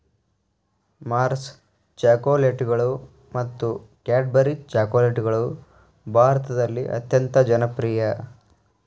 Mars ಚಾಕೊಲೇಟ್ಗಳು ಮತ್ತು Cadbury ಚಾಕೊಲೇಟ್ಗಳು ಭಾರತದಲ್ಲಿ ಅತ್ಯಂತ ಜನಪ್ರಿಯ